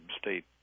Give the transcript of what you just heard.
state